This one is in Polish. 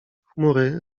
chmury